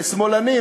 לשמאלנים.